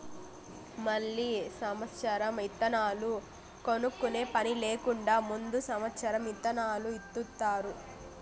మళ్ళీ సమత్సరం ఇత్తనాలు కొనుక్కునే పని లేకుండా ముందు సమత్సరం ఇత్తనాలు ఇత్తుతారు